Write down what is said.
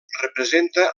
representa